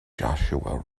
joshua